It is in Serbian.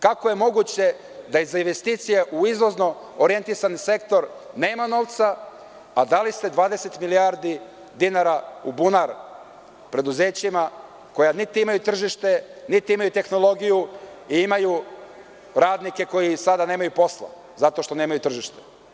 Kako je moguće da iz investicija u izvozno orijentisan sektor nema novca, a dali ste 20 milijardi dinara u bunar preduzećima koja niti imaju tržište, niti imaju tehnologije, i imaju radnike koji sada nemaju posla zato što nemaju tržište?